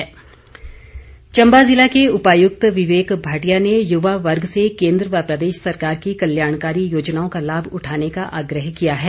आत्मनिर्भर चंबा ज़िला के उपायुक्त विवेक भाटिया ने युवा वर्ग से केंद्र व प्रदेश सरकार की कल्याणकारी योजनाओं का लाभ उठाने का आग्रह किया है